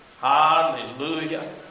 hallelujah